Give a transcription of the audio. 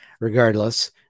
regardless